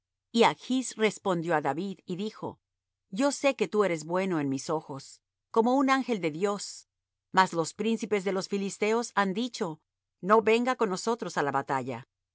y achs respondió á david y dijo yo sé que tú eres bueno en mis ojos como un ángel de dios mas los príncipes de los filisteos han dicho no venga con nosotros á la batalla